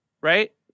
right